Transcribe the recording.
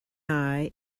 eye